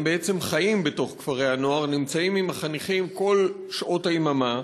הם בעצם חיים בתוך כפרי-הנוער ונמצאים עם החניכים כל שעות היממה.